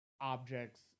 objects